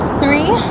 three